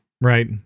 Right